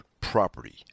property